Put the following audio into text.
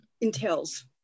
entails